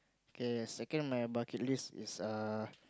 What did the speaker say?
K second on my bucket list is err